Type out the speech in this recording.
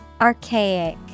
Archaic